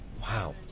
wow